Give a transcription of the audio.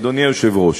אדוני היושב-ראש,